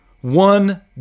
one